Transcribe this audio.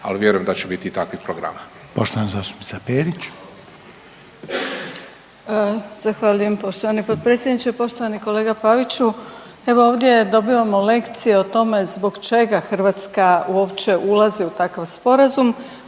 zastupnica Perić. **Perić, Grozdana (HDZ)** Zahvaljujem poštovani potpredsjedniče. Poštovani kolega Paviću, evo ovdje dobivamo lekcije o tome zbog čega Hrvatska uopće ulazi u takav sporazum,